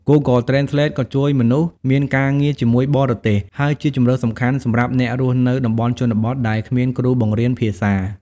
Google Translate ក៏ជួយមនុស្សមានការងារជាមួយបរទេស ហើយជាជម្រើសសំខាន់សម្រាប់អ្នករស់នៅតំបន់ជនបទដែលគ្មានគ្រូបង្រៀនភាសា។